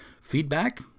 feedback